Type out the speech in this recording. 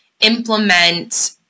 implement